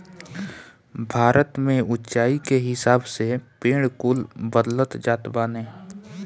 भारत में उच्चाई के हिसाब से पेड़ कुल बदलत जात बाने